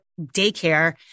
daycare